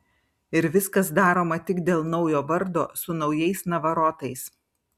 ir viskas daroma tik dėl naujo vardo su naujais navarotais